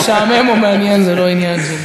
משעמם או מעניין זה לא עניין של,